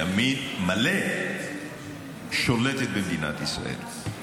ימין מלא, ששולטת במדינת ישראל.